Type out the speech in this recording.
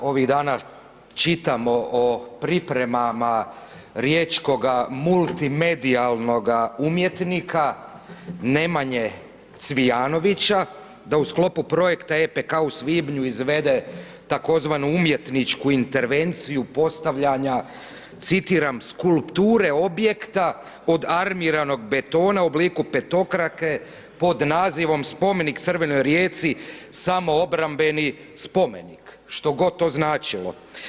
Ovih dana čitamo o pripremama riječkoga multimedijalnoga umjetnika Nemanje Cvijanovića da u sklopu projekta EPK u svibnju izvede tzv. umjetničku intervenciju postavljanja citiram „Skulpture objekta od armiranog betona u obliku petokrake pod nazivom „Spomenik crvenoj Rijeci samoobrambeni spomenik“ što god to značilo.